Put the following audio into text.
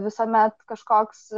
visuomet kažkoks